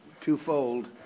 twofold